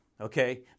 okay